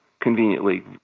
conveniently